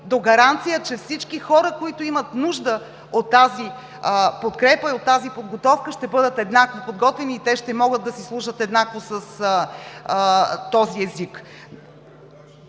до гаранция, че всички хора, които имат нужда от тази подкрепа и от тази подготовка, ще бъдат еднакво подготвени и те ще могат да си служат еднакво с този език?